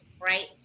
right